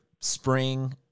spring